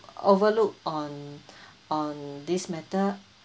overlooked on on this matter